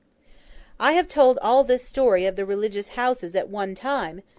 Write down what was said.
i have told all this story of the religious houses at one time,